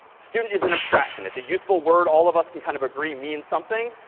student is an abstraction. it's a useful word, all of us can kind of agree means something,